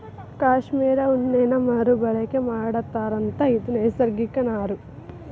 cashmere ಉಣ್ಣೇನ ಮರು ಬಳಕೆ ಮಾಡತಾರಂತ ಇದು ನೈಸರ್ಗಿಕ ನಾರು